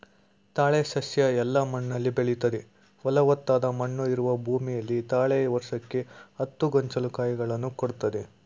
ತಾಳೆ ಸಸ್ಯ ಎಲ್ಲ ಮಣ್ಣಲ್ಲಿ ಬೆಳಿತದೆ ಫಲವತ್ತಾದ ಮಣ್ಣು ಇರುವ ಭೂಮಿಯಲ್ಲಿ ತಾಳೆ ವರ್ಷಕ್ಕೆ ಹತ್ತು ಗೊಂಚಲು ಕಾಯಿಗಳನ್ನು ಕೊಡ್ತದೆ